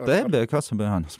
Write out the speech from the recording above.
taip be jokios abejonės